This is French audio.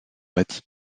bâti